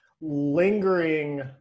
lingering